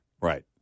Right